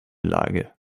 lage